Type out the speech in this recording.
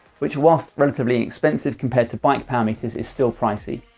which whilst relatively inexpensive compared to bike power meters, is still pricey.